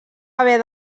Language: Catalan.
haver